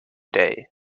day